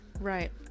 Right